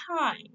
time